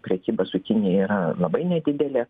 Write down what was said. prekyba su kinija yra labai nedidelė